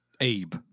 Abe